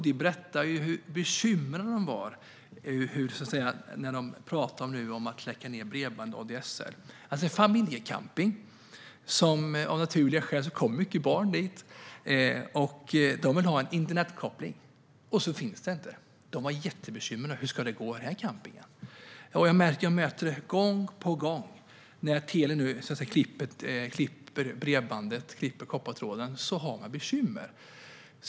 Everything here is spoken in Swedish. De berättade hur bekymrade de var över att bredband genom ADSL ska släckas ned. Av naturliga skäl kommer det många barn till en familjecamping, och de vill ha en internetuppkoppling. Så finns inte det. Annelie och Rembrandt var jättebekymrade för hur det ska gå för denna camping. Jag möter gång på gång människor som har bekymmer när Telia nu klipper koppartråden.